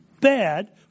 bad